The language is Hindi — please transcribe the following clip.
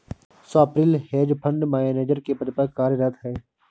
स्वप्निल हेज फंड मैनेजर के पद पर कार्यरत है